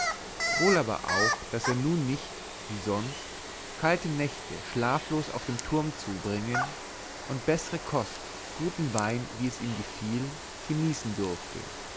wohl aber auch daß er nun nicht wie sonst kalte nächte schlaflos auf dem turm zubringen und bessere kost guten wein wie es ihm gefiel genießen durfte